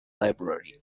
library